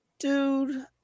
Dude